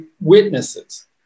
witnesses